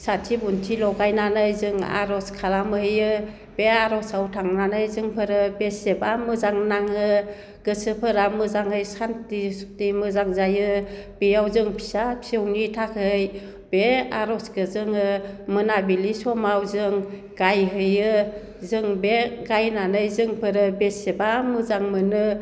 साथि बन्थि लगायनानै जों आर'ज खालामहैयो बे आर'जआव थांनानै जोंफोरो बेसेबां मोजां नाङो गोसोफोरा मोजाङै सान्थि सुथि मोजां जायो बेयाव जों फिसा फिसौनि थाखै बे आर'जखो जोङो मोनाबिलि समाव जों गायहैयो जों बे गायनानै जोंफोरो बेसेबा मोजां मोनो